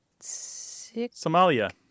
Somalia